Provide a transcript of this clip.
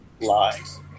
Lies